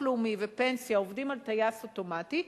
לאומי ופנסיה עובדים על טייס אוטומטי,